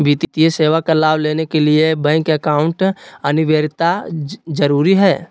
वित्तीय सेवा का लाभ लेने के लिए बैंक अकाउंट अनिवार्यता जरूरी है?